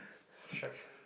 stress